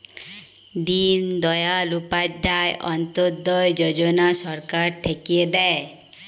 দিন দয়াল উপাধ্যায় অন্ত্যোদয় যজনা সরকার থাক্যে দেয়